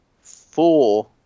four